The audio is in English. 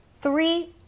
three